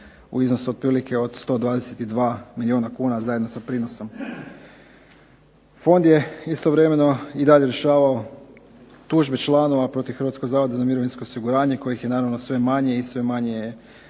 u iznosu otprilike od 122 milijuna kuna, zajedno sa prinosom. Fond je istovremeno i dalje rješavao tužbe članova protiv Hrvatskog zavoda za mirovinsko osiguranje, kojih je naravno sve manje i sve manje